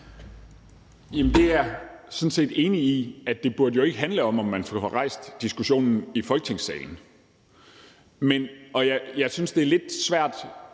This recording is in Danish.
Jamen det er jeg sådan set enig i. Det burde jo ikke handle om, om man kan få rejst diskussionen i Folketingssalen. Jeg synes, det er lidt svært